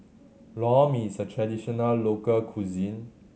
Lor Mee is a traditional local cuisine